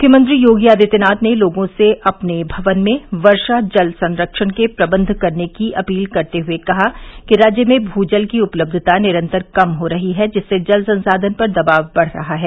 मुख्यमंत्री योगी आदित्यनाथ ने लोगों से अपने भवन में वर्षा जल संरक्षण के प्रबन्ध करने की अपील करते हुए कहा कि राज्य में भू जल की उपलब्धता निरन्तर कम हो रही है जिससे जल संसाधन पर दबाव बढ़ रहा है